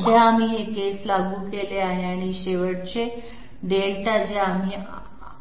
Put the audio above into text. सध्या आम्ही हे केस लागू केले आहे आणि शेवटचे δ जे आम्ही आहात